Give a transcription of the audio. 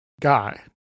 Guy